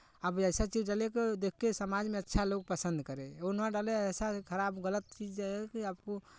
आप ऐसा चीज़ डालिए कि देख के समाज में अच्छा लोग पसंद करे वो ना डालें ऐसा खराब गलत चीज़ है कि आपको